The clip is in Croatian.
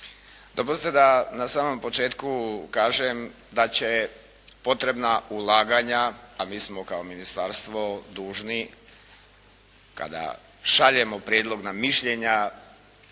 Dopustite da na samom početku kažem da će potrebna ulaganja, a mi smo kao ministarstvo dužni kada šaljemo prijedlog na mišljenja